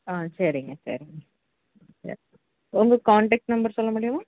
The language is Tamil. ஆ சரிங்க சரிங்க சரி உங்கள் கான்டெக்ட் நம்பர் சொல்ல முடியுமா